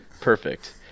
Perfect